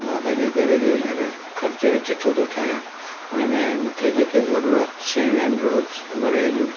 मां पंहिंजे घर जो हींअर खर्च जो चिठो थो ठाहियां उनमें मूंखे जेके ज़रूरत शयूं आहिनि रोज़मरह जूं